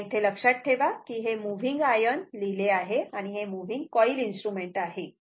तेव्हा इथे हे लक्षात ठेवा की इथे हे मूव्हिंग आयर्न लिहिले आहे आणि हे मूव्हिंग कॉइल इन्स्ट्रुमेंट आहे